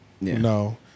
no